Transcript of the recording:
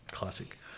Classic